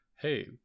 hey